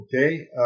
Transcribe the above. Okay